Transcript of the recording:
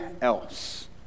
else